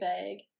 vague